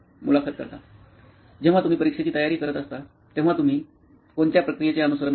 मुलाखत कर्ता जेव्हा तुम्ही परीक्षेची तयारी करत असता तेव्हा तुम्ही कोणत्या प्रक्रियेचे अनुसरण करता